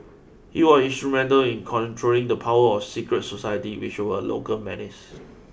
he was instrumental in controlling the power of secret societies which were a local menace